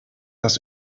das